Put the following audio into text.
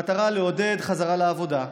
במטרה לעודד חזרה לעבודה,